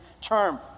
term